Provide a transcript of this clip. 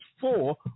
four